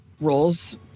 roles